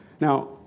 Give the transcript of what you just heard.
Now